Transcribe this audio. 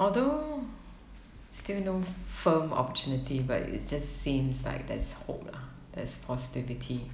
although still no firm opportunity but it just seems like there's hope lah there's positivity